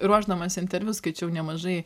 ruošdamasi interviu skaičiau nemažai